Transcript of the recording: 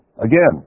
again